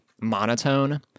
monotone